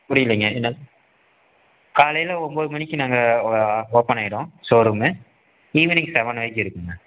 புரியலைங்க என்னது காலையில் ஒம்போது மணிக்கு நாங்கள் ஓப்பன் ஆகிடும் ஷோரூம்மு ஈவினிங் செவன் வரைக்கும் இருக்கும்ங்க